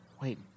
Wait